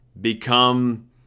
become